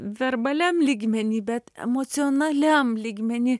verbaliniam lygmeny bet emocionaliam lygmeny